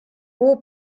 kuu